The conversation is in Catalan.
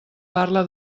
parla